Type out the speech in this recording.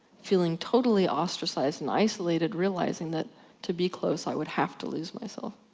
feeling totally ostracised and isolated realizing that to be close i would have to lose myself.